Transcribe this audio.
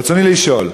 ברצוני לשאול: